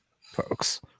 folks